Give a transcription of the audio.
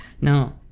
Now